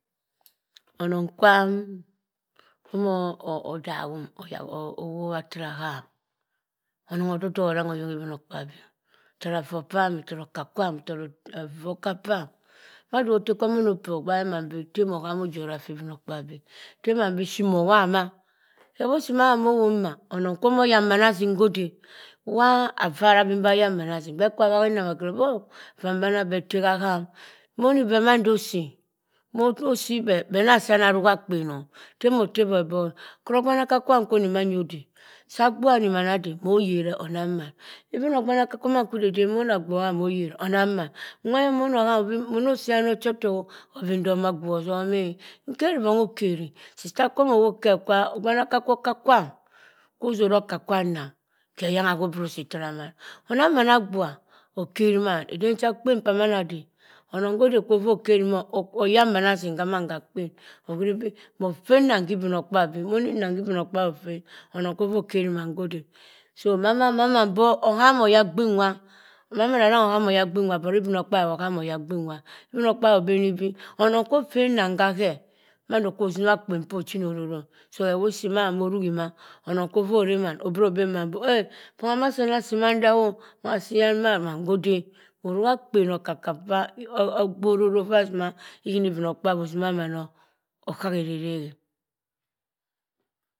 Onong kwam imo daghum owobha tara ham onong ododok arang e oyong ibinokpabi eh. Tara vaa pam, tara oka kwam, tara vokapam. Madi wah otte kwam ono peh ogbak mann bii teh moham ojora kwa ibinokpabi e. temann biship mo wobha mah. Khewosi mah moh wop mma onong kwo omu yak mana azim ode. Waa avaar aben bah ayak mann azim bekwa bhaghi innam akeri obi oh ivaa mbana beh otte haaham. mosii beh beh naa kwobha yan aruha akpen o? Teh mo teh beh obok e. kheri ogbanaka kwam kwo oni ma ode, sa agbuha ani man ade moyinre anaong mann. Even ogbanaka kwa mann kwidide dah agbuha nimaan ade mo yireh orang mann nwani mono ham, mono osi yan ocha otok o? Abi nsoma agbuh ozom eh. Nkeri bongha okeri sister kwam owop keh ogbanaka kwo okka-kwum ozora akka kwam nnam. Ghe eyangha kho oboro osii tara mann. onang mann agbuha, akerr mann heden cha akpen pamar adeh. onong hode kwo vaa okeri maa oyak manah azim hamman hakpen ohuri beh mo phennmam khi ibinokpabi opheh onong kwa ovaa okeri man khode e. so manann manann boh oham oyaghin nwa. maman arang oham oyogbin nwa e but ibinokpabi ghe woh oham oyagbin nwa e. ibbinokpabi obenibii onong kwo obhe nnam khaghe, mando kwa osima akpen porh ochana ororo e. so hewasssi maa moruhi mah onong kwore mann obro ben mann bii eh. masiyan asii manda oh? A. ma siyan ma? Man khode moruha akpen okaka pah.